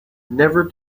never